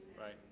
Right